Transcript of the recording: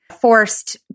forced